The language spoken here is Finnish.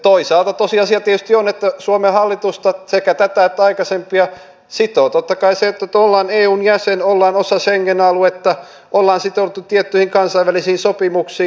toisaalta tosiasia tietysti on että suomen hallitusta sekä tätä että aikaisempia sitoo totta kai se että nyt olemme eun jäsen olemme osa schengen aluetta olemme sitoutuneet tiettyihin kansainvälisiin sopimuksiin